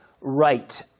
right